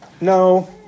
No